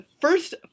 First